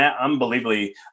unbelievably